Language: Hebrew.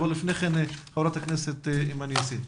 אבל לפני כן חברת הכנסת אימאן יאסין.